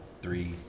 three